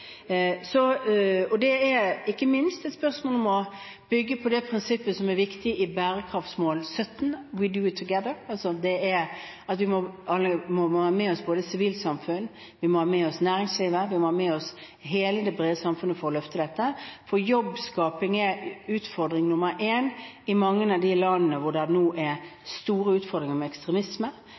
Det er ikke minst et spørsmål om å bygge på det prinsippet som er viktig i bærekraftsmål 17. «We do it together» – vi må ha med oss sivilsamfunn, vi må ha med oss næringslivet, vi må ha med oss hele det brede samfunnet for å løfte dette. Jobbskaping er utfordring nr. én i mange av de landene hvor det nå er store utfordringer med ekstremisme,